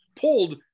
pulled